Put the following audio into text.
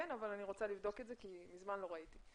כן אבל אני רוצה לבדוק את זה כי מזמן לא ראיתי.